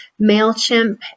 Mailchimp